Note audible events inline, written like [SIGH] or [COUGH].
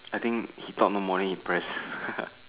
I think he thought no more already then he press [LAUGHS]